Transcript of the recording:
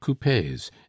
coupes